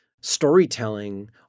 storytelling